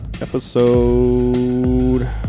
episode